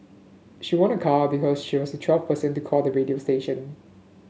she won a car because she was the twelfth person to call the radio station